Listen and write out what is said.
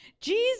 Jesus